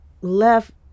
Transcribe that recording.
left